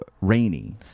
rainy